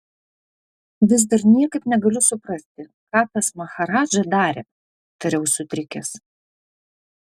vis dar niekaip negaliu suprasti ką tas maharadža darė tariau sutrikęs